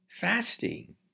fasting